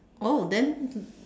oh then